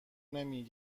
نمی